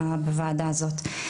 בוועדה הזאת.